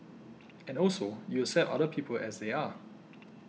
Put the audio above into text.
and also you accept other people as they are